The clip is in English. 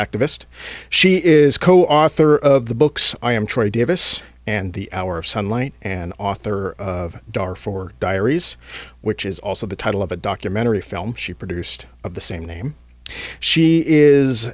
activist she is co author of the books i am troy davis and the hour sunlight and author of dar for diaries which is also the title of a documentary film she produced of the same name she is